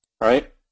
Right